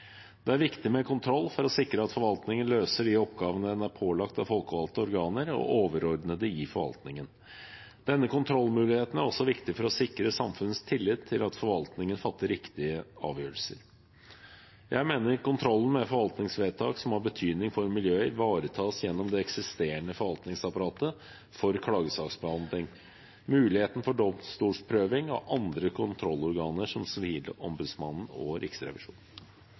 Det er viktig med kontroll for å sikre at forvaltningen løser de oppgavene den er pålagt av folkevalgte organer og overordnede i forvaltningen. Denne kontrollmuligheten er også viktig for å sikre samfunnets tillit til at forvaltningen fatter riktige avgjørelser. Jeg mener kontrollen med forvaltningsvedtak som har betydning for miljøet, ivaretas gjennom det eksisterende forvaltningsapparatet for klagesaksbehandling, muligheten for domstolsprøving og andre kontrollorganer, som Sivilombudsmannen og Riksrevisjonen.